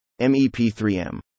MEP3M